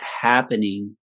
happening